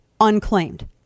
unclaimed